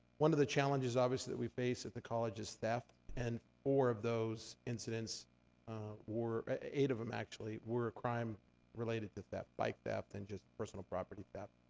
one of the challenges, obviously, that we face at the college is theft. and four of those incidents were, eight of them, um actually, were crime related to theft. bike theft, and just personal property theft.